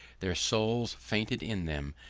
their souls fainted in them.